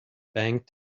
bank